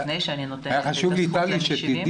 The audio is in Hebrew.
לפני שאני נותנת את הזכות למשיבים